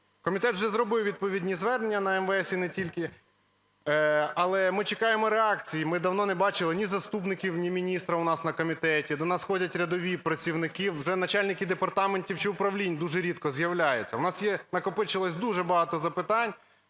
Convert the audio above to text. Комітет вже зробив відповідні звернення на МВС, і не тільки, але ми чекаємо реакції. Ми давно не бачили ні заступників, ні міністра у нас на комітеті. До нас ходять рядові працівники, вже начальники департаментів чи управлінь дуже рідко з'являються. У нас накопичилось дуже багато запитань